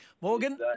morgan